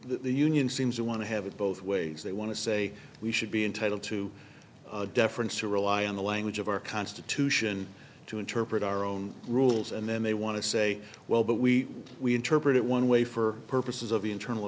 the union seems to want to have it both ways they want to say we should be entitled to deference to rely on the language of our constitution to interpret our own rules and then they want to say well but we we interpret it one way for purposes of internal